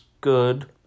good